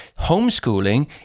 homeschooling